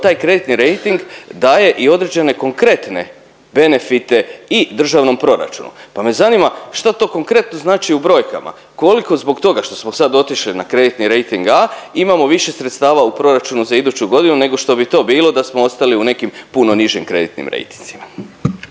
taj kreditni rejting daje i određene konkretne benefite i državnom proračunu. Pa me zanima što to konkretno znači u brojkama, koliko zbog toga što smo sad otišli na kreditni rejting A imamo više sredstava u proračunu za iduću godinu nego što bi to bilo da smo ostali u nekim puno nižim kreditnim rejtinzima?